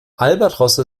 albatrosse